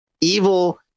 evil